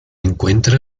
encuentra